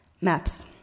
Maps